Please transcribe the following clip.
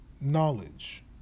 knowledge